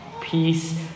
peace